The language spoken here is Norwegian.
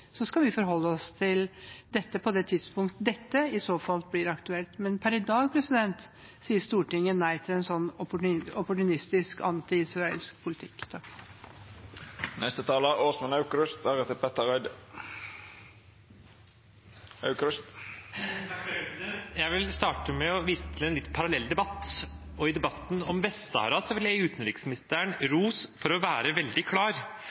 skal vi forholde oss til dette når det i så fall blir aktuelt. Men per i dag sier Stortinget nei til en slik opportunistisk, antiisraelsk politikk. Jeg vil starte med å vise til en litt parallell debatt. I debatten om Vest-Sahara vil jeg gi utenriksministeren ros for å være veldig klar